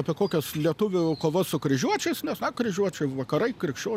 apie kokias lietuvių kovas su kryžiuočiais nes a kryžiuočiai vakarai krikščionių